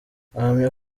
ahamya